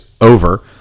over